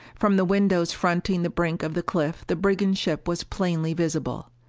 from the windows fronting the brink of the cliff the brigand ship was plainly visible.